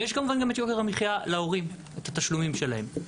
ויש כמובן גם את יוקר המחיה להורים את התשלומים שלהם.